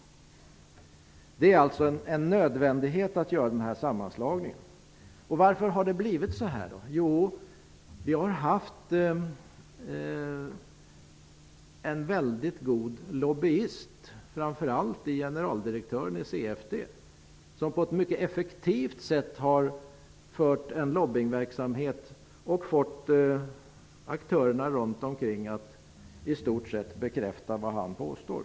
Denna sammanslagning är alltså en nödvändighet. Men varför har det blivit så här? Jo, vi har haft en mycket skicklig lobbyist i generaldirektören för CFD. På ett mycket effektivt sätt har han bedrivit en lobbyingverksamhet och fått aktörerna omkring sig att i stort sett bekräfta vad han påstår.